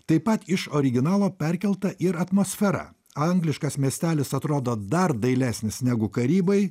taip pat iš originalo perkelta ir atmosfera angliškas miestelis atrodo dar dailesnis negu karibai